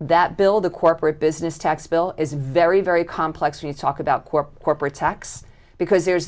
that build the corporate business tax bill is very very complex when you talk about corporate corporate tax because there's